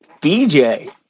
Bj